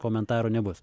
komentarų nebus